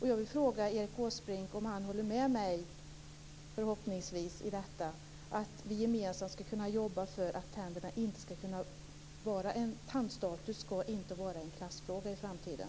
Håller Erik Åsbrink med mig om att vi gemensamt skall jobba för att tandstatus inte skall bli en klassfråga i framtiden?